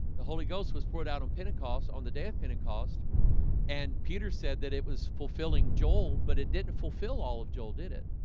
the holy ghost was poured out on pentecost on the day of pentecost and peter said that it was fulfilling joel, but it didn't fulfill all of joel did it